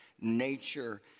nature